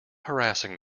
harassing